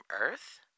Earth